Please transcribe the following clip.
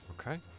Okay